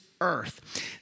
Earth